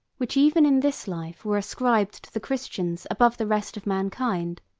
which even in this life were ascribed to the christians above the rest of mankind,